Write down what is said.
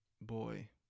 boy